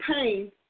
pain